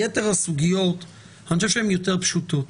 יתר הסוגיות אני חושב שהן יותר פשוטות.